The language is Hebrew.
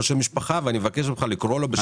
שם משפחה ואני מבקש ממך לקרוא לו בשמו.